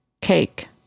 cake